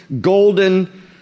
golden